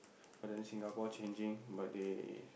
but then Singapore changing but they